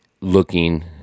looking